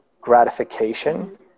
gratification